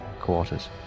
quarters